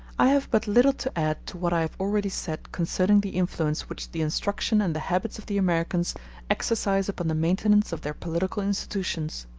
i have but little to add to what i have already said concerning the influence which the instruction and the habits of the americans exercise upon the maintenance of their political institutions.